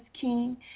King